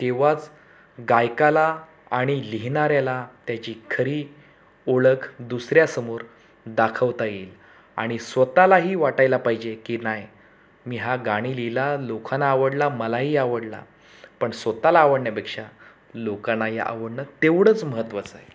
तेव्हाच गायकाला आणि लिहिणाऱ्याला त्याची खरी ओळख दुसऱ्यासमोर दाखवता येईल आणि स्वत लाही वाटायला पाहिजे की नाही मी हा गाणी लिहिला लोकांना आवडला मलाही आवडला पण स्वत ला आवडण्यापेक्षा लोकांनाही आवडणं तेवढंच महत्वाचं आहे